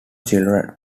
children